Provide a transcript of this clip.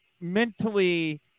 mentally